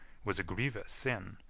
was a grievous sin,